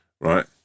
right